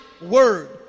word